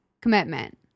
Commitment